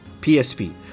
PSP